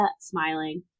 smiling